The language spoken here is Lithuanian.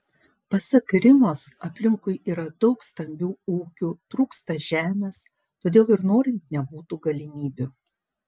pasak rimos aplinkui yra daug stambių ūkių trūksta žemės todėl ir norint nebūtų galimybių